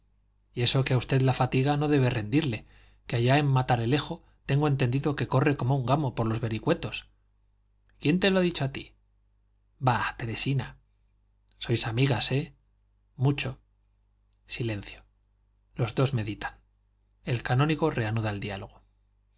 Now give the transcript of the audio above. y eso que a usted la fatiga no debe rendirle que allá en matalerejo tengo entendido que corre como un gamo por los vericuetos quién te lo ha dicho a ti bah teresina sois amigas eh mucho silencio los dos meditan el canónigo reanuda el diálogo